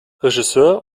regisseur